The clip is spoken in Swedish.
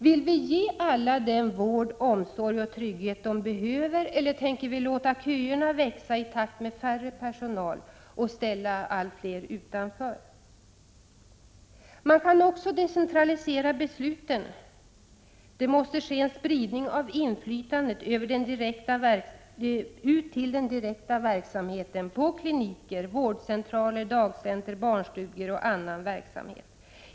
Vill vi ge alla den vård, omsorg och trygghet de behöver, eller tänker vi låta köerna växa i takt med att personalen blir färre och därmed ställa allt fler utanför? Man kan också decentralisera besluten! Det måste även ske en spridning av inflytandet ut till den direkta verksamheten på kliniker, vårdcentraler, dagcenter, barnstugor och annan verksamhet.